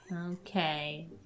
Okay